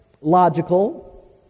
logical